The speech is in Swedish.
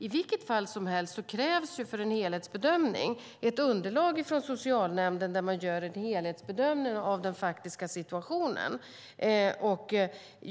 I vilket fall som helst krävs för en helhetsbedömning ett underlag från socialnämnden där man gör en helhetsbedömning av den faktiska situationen.